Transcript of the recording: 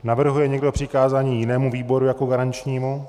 Navrhuje někdo přikázání jinému výboru jako garančnímu?